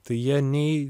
tai jie nei